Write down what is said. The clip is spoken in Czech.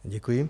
Děkuji.